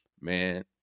man